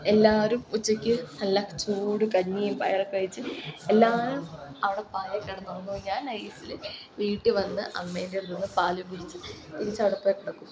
എല്ലാവരും ഉച്ചക്ക് നല്ല ചൂട് കഞ്ഞിയും പയറൊക്കെ കഴിച്ച് എല്ലാവരും അവിടെ പായെൽ കിടന്നുറങ്ങും ഞാൻ നൈസില് വീട്ടി വന്ന് അമ്മയുടെ അടുത്തുനിന്ന് പാല് കുടിച്ച് തിരിച്ചവിടെ പോയി കിടക്കും ഞാൻ